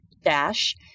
dash